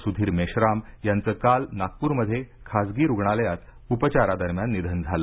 सुधीर मेश्राम यांचं काल नागपूरमध्ये खासगी रूग्णालयात उपचारादरम्यान निधन झालं